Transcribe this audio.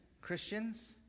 Christians